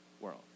world